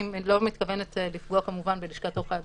אני לא מתכוונת לפגוע כמובן בלשכת עורכי הדין,